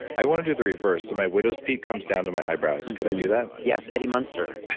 i want to do the reverse so my widow's peak comes down to my eyebrows. and could i do that? yes, eddie munster.